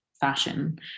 fashion